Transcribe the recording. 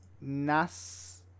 NAS